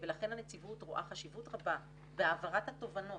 ולכן הנציבות רואה חשיבות רבה בהעברת התובנות